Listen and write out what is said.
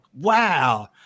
wow